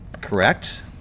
correct